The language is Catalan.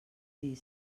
dir